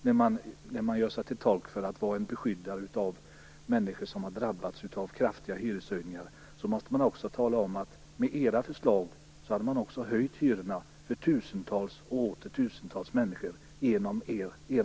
När man säger sig vara en beskyddare av människor som drabbas av kraftiga hyreshöjningar, måste man också tala om att hyrorna med era förslag i budgetpropositionen hade höjts för tusentals och åter tusentals människor.